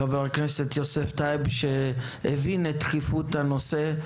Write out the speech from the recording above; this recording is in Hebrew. חבר הכנסת יוסף טייב, שהבין את דחיפות הנושא,